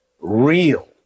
real